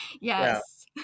Yes